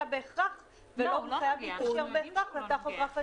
בהכרח ולא חייב להתקשר בהכרח לטכוגרף הדיגיטלי.